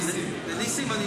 זו בעיה.